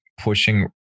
pushing